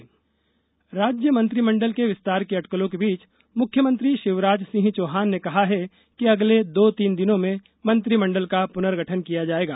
राज्य मंत्रिमंडल राज्य मंत्रिमंडल के विस्तार की अटकलों के बीच मुख्यमंत्री शिवराज सिंह चौहान ने कहा है कि अगले दो तीन दिनों में मंत्रिमंडल का पूर्नगठन किया जायेगा